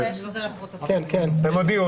הם הודיעו,